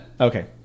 Okay